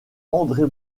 andré